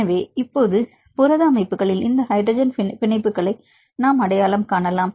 எனவே இப்போது புரத அமைப்புகளில் இந்த ஹைட்ரஜன் பிணைப்புகளை நாம் அடையாளம் காணலாம்